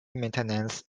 maintenance